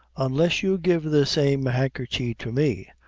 unless you give the same handkerchy to me,